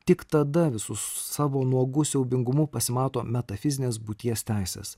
tik tada visu savo nuogu siaubingumu pasimato metafizines būties teises